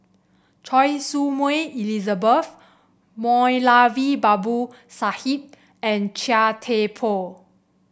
Choy Su Moi Elizabeth Moulavi Babu Sahib and Chia Thye Poh